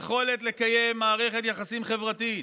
היכולת לקיים מערכת יחסים חברתית,